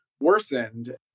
worsened